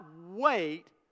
wait